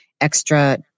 extra